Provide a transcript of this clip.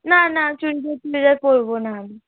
না না চুড়িদার টুড়িদার পরবো না আমি